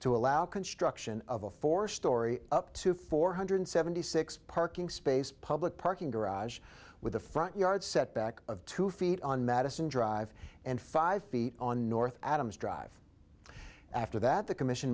to allow construction of a four storey up to four hundred seventy six parking space public parking garage with the front yard setback of two feet on madison drive and five feet on north adams drive after that the commission